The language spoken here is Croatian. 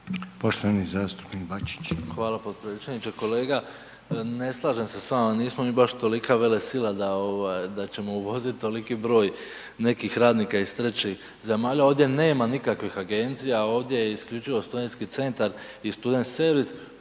Poštovani zastupnik Bačić. **Bačić, Ante (HDZ)** Hvala potpredsjedniče. Kolega, ne slažem se s vama, nismo mi baš tolika velesila da ćemo uvozit toliki broj nekih radnika iz trećih zemalja, ovdje nema nikakvih agencija, ovdje je isključivo studentski centar i student servis.